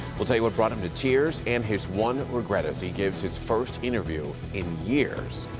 we'll tell you what brought him to tears and his one regret as he gives his first interview in years.